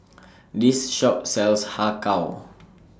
This Shop sells Har Kow